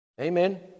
Amen